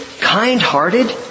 kind-hearted